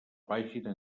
pàgina